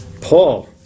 Paul